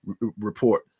report